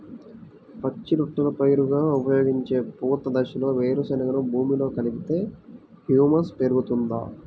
పచ్చి రొట్టెల పైరుగా ఉపయోగించే పూత దశలో వేరుశెనగను భూమిలో కలిపితే హ్యూమస్ పెరుగుతుందా?